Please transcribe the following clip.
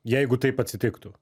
jeigu taip atsitiktų